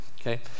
okay